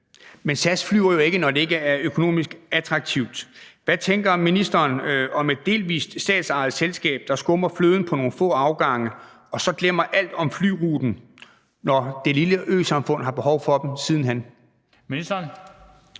Men SAS flyver jo ikke, når det ikke er økonomisk attraktivt. Hvad tænker ministeren om et delvis statsejet selskab, der skummer fløden på nogle få afgange og så glemmer alt om flyruten, når det lille øsamfund har behov for dem siden hen? Kl.